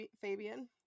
Fabian